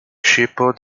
scipio